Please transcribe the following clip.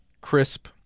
crisp